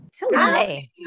Hi